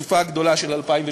מאשר בסופה הגדולה של 2013,